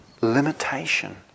limitation